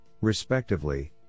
respectively